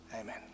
Amen